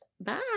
Bye